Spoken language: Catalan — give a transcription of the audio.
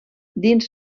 dins